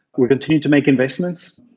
we continue to make investments.